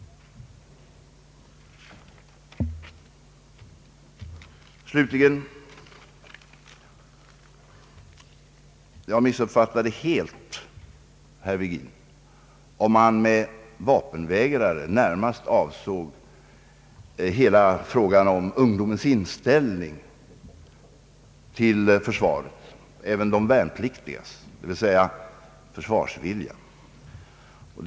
Slutligen: jag missuppfattade helt herr Virgin om han, när han talade om vapenvägrare, närmast avsåg hela frågan om ungdomens inställning till försvaret, även de värnpliktigas, dvs. de försvarsvilligas inställning.